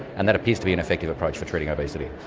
and that appears to be and effective approach for treating obesity.